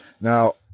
Now